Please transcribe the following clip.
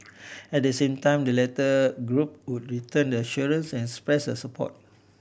at the same time the latter group would return the assurances and express support